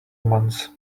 months